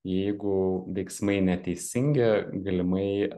jeigu veiksmai neteisingi galimai